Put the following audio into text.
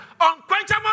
unquenchable